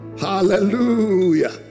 hallelujah